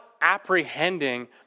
apprehending